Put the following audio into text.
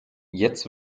jetzt